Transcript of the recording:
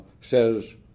says